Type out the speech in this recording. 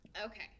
Okay